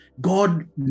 God